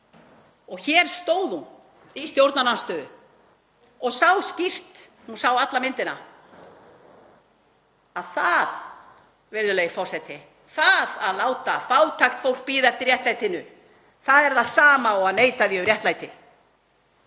og hér stóð hún í stjórnarandstöðu og sá skýrt. Hún sá alla myndina, að það, virðulegi forseti, að láta fátækt fólk bíða eftir réttlætinu er það sama og að neita því um réttlæti.